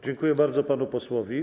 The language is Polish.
Dziękuję bardzo panu posłowi.